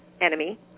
enemy